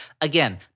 again